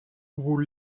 who